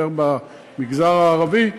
יותר במגזר הערבי.